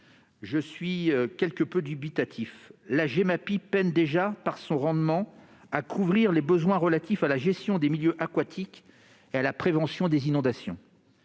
je suis plus que dubitatif : la taxe Gemapi peine déjà, par son rendement, à couvrir les besoins relatifs à la gestion des milieux aquatiques et à la prévention des inondations.